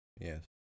yes